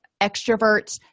extroverts